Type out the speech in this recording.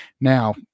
Now